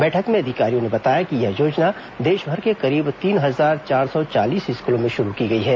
बैठक में अधिकारियों ने बताया कि यह योजना देशभर के करीब तीन हजार चार सौ चालीस स्कूलों में शुरू की गई है